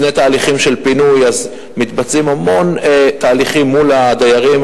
לפני תהליכים של פינוי מתבצעים המון תהליכים מול הדיירים,